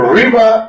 river